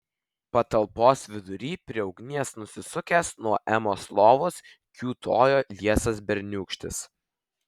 patalpos vidury prie ugnies nusisukęs nuo emos lovos kiūtojo liesas berniūkštis